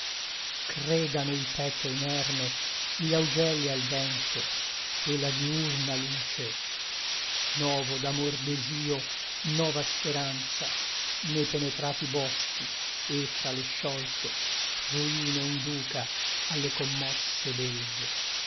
credano il petto inerme gli augelli al vento e la diurna luce novo d'amor desio nova speranza ne penetrati boschi e fra le sciolte pruine induca alle commosse belve